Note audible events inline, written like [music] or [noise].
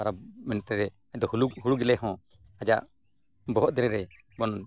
ᱯᱚᱨᱚᱵᱽ ᱢᱮᱱᱛᱮ ᱫᱚ [unintelligible] ᱦᱩᱲᱩ ᱜᱮᱞᱮ ᱦᱚᱸ ᱟᱡᱟᱜ ᱵᱚᱦᱚᱜ ᱫᱮᱨᱮᱧ ᱨᱮᱵᱚᱱ